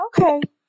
Okay